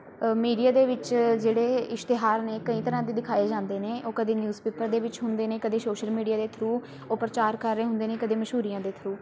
media ਦੇ ਵਿੱਚ ਜਿਹੜੇ ਇਸ਼ਤਿਹਾਰ ਨੇ ਕਈ ਤਰ੍ਹਾਂ ਦੇ ਦਿਖਾਏ ਜਾਂਦੇ ਨੇ ਉਹ ਕਦੇ ਨਿਊਜ਼ ਪੇਪਰ ਦੇ ਵਿੱਚ ਹੁੰਦੇ ਨੇ ਕਦੇ ਸੋਸ਼ਲ ਮੀਡੀਆ ਦੇ ਥਰੂ ਉਹ ਪ੍ਰਚਾਰ ਕਰ ਰਹੇ ਹੁੰਦੇ ਨੇ ਕਦੇ ਮਸ਼ਹੂਰੀਆਂ ਦੇ ਥਰੂ